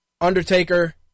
Undertaker